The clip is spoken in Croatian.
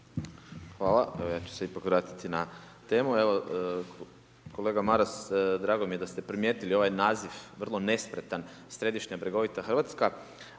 Evo, ja ću se ipak vratiti na temu. Evo, kolega Maras, drago mi je da ste primijetili ovaj naziv vrlo nespretan, središnja bregovita Hrvatska.